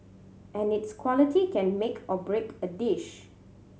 and its quality can make or break a dish